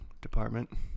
department